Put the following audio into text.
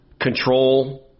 control